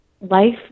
life